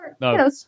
no